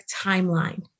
timeline